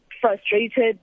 frustrated